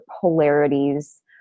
polarities